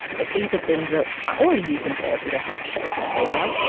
that these are things that are already used in therapy to help shape behaviour.